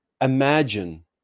imagine